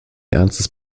ernstes